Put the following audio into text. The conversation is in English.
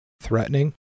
threatening